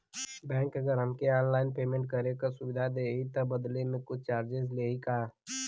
Bank अगर हमके online payment करे के सुविधा देही त बदले में कुछ चार्जेस लेही का?